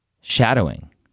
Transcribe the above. Shadowing